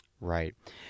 Right